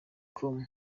com